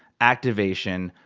activation,